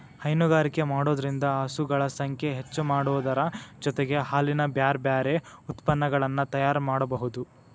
ಹೈನುಗಾರಿಕೆ ಮಾಡೋದ್ರಿಂದ ಹಸುಗಳ ಸಂಖ್ಯೆ ಹೆಚ್ಚಾಮಾಡೋದರ ಜೊತೆಗೆ ಹಾಲಿನ ಬ್ಯಾರಬ್ಯಾರೇ ಉತ್ಪನಗಳನ್ನ ತಯಾರ್ ಮಾಡ್ಬಹುದು